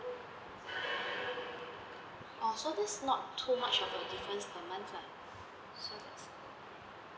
oh so this not too much of the difference per month lah so that's